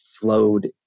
flowed